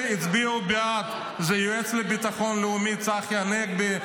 הוא היועץ לביטחון לאומי צחי הנגבי.